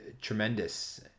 tremendous